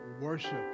worship